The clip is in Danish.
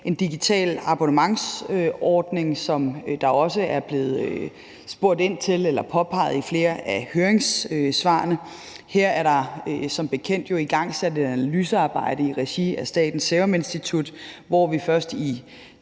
en digital abonnementsordning, som der også er blevet spurgt ind til eller påpeget i flere af høringssvarene. Her er der som bekendt igangsat et analysearbejde i regi af Statens Serum Institut, og vi har først i